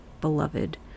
beloved